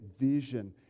vision